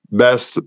best